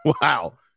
Wow